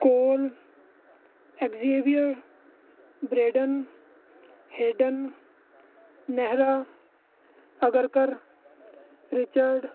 ਕੋਲ Xavier Braden Hayden Nehra Agarkar Richard